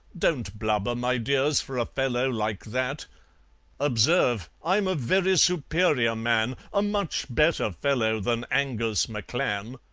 don't blubber, my dears, for a fellow like that observe, i'm a very superior man, a much better fellow than angus mcclan.